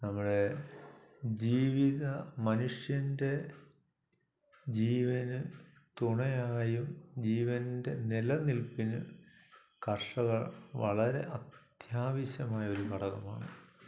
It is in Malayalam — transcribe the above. നമ്മുടെ ജീവിത മനുഷ്യൻ്റെ ജീവന് തുണയായും ജീവൻ്റെ നിലനിൽപ്പിനും കർഷകർ വളരെ അത്യാവിശ്യമായൊരു ഘടകമാണ്